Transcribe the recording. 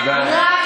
תודה, נא לסיים.